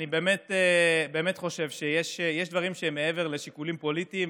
אני באמת חושב שיש דברים שהם מעבר לשיקולים פוליטיים,